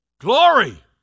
Glory